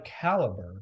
caliber